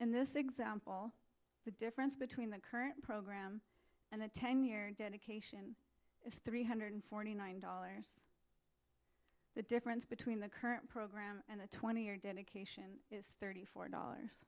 in this example the difference between the current program and the ten year dedication is three hundred forty nine dollars the difference between the current program and the twenty year dedication is thirty four dollars